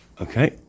okay